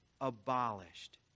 abolished